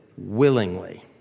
Willingly